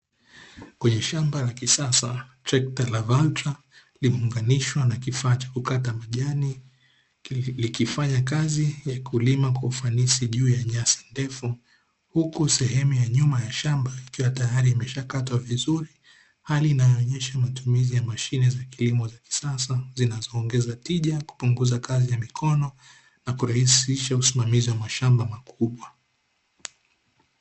Kwenye shamba la kisasa trekta limeunganishwa na kifaa cha kukata majani likifanya kazi ya kulima kwa ufanisi juu ya nyasi ndefu huku sehemu ya nyuma ya shamba ikiwa tayari imeshakatwa vizuri, hali inayoonyesha matumizi ya mashine za kilimo za kisasa zinazoongeza tija kupunguza kazi ya mikono na kurahisisha usimamizi wa mashamba makubwa.